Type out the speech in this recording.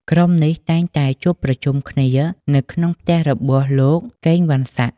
ក្រុមនេះតែងតែជួបប្រជុំគ្នានៅក្នុងផ្ទះរបស់ លោកកេង វ៉ាន់សាក់។